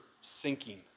sinking